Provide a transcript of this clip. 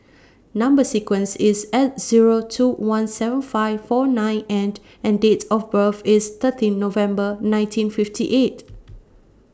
Number sequence IS S Zero two one seven five four nine N and Date of birth IS thirteen November nineteen fifty eight